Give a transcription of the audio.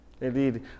Indeed